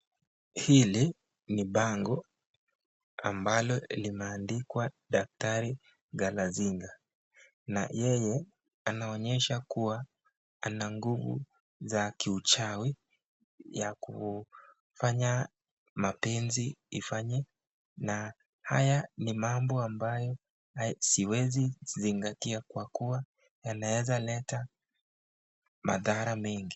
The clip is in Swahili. Hili ni bango ambalo limeandikwa daktari Galasinga na yeye anaonyesha kuwa ana nguvu za kiuchawi ya kufanya mapenzi ifanye na haya ni mambo ambayo siwezi zingatia kwa kuwa yanaweza leta madhara mengi.